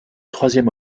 troisième